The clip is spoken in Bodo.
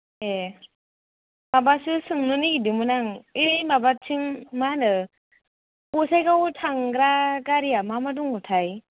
ए माबासो सोंनो नागिरदोंमोन आं ओइ माबाथिं मा होनो गसाइगाव थांग्रा गारिया मा मा दङ थाय